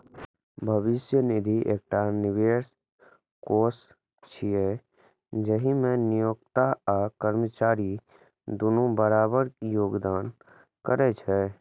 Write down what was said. भविष्य निधि एकटा निवेश कोष छियै, जाहि मे नियोक्ता आ कर्मचारी दुनू बराबर योगदान करै छै